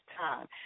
time